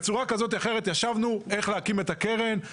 בצורה כזאת או אחרת ישבנו וחשבנו איך להקים את הקרן.